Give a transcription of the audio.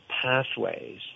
pathways